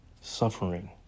suffering